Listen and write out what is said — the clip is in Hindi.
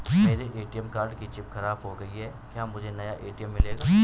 मेरे ए.टी.एम कार्ड की चिप खराब हो गयी है क्या मुझे नया ए.टी.एम मिलेगा?